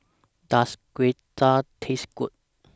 Does Gyoza Taste Good